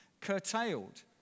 curtailed